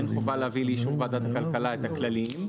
אין חובה להביא לאישור ועדת הכלכלה את הכללים.